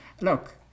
look